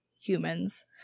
humans